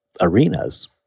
arenas